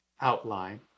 outline